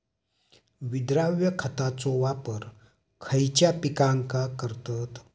विद्राव्य खताचो वापर खयच्या पिकांका करतत?